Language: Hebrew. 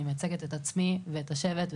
אני מייצגת את עצמי ואת השבט,